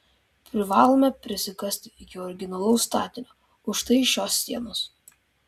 privalome prisikasti iki originalaus statinio už štai šios sienos